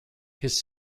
his